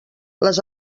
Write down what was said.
les